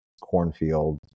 cornfield